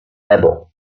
rebel